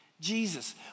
Jesus